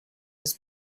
his